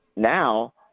Now